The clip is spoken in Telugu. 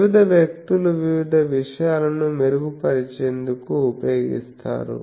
వివిధ వ్యక్తులు వివిధ విషయాలను మెరుగు పరిచేందుకు ఉపయోగిస్తారు